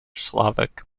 slovak